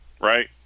Right